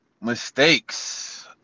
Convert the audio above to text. Mistakes